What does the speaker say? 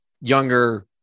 younger